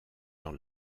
dans